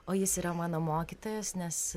o jis yra mano mokytojas nes